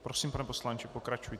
Prosím, pane poslanče, pokračujte.